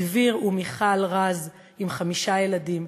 דביר ומיכל רז עם חמישה ילדים,